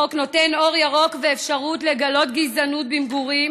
החוק נותן אור ירוק ואפשרות לגלות גזענות במגורים